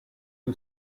who